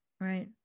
right